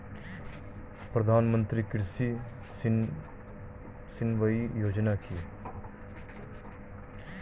প্রধানমন্ত্রী কৃষি সিঞ্চয়ী যোজনা কি?